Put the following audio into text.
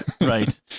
right